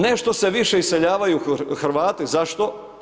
Nešto se više iseljavaju Hrvati, zašto?